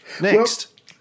next